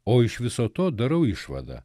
o iš viso to darau išvadą